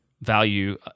value